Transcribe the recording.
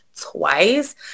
twice